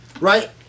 Right